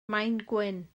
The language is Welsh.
maengwyn